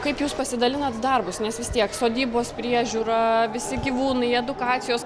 kaip jūs pasidalinat darbus nes vis tiek sodybos priežiūra visi gyvūnai edukacijos